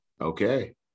Okay